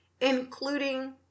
including